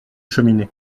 cheminée